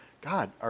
God